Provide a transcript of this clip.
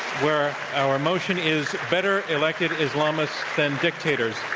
where our motion is, better elected islamists than dictators.